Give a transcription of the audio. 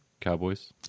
cowboys